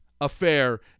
affair